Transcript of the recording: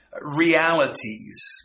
realities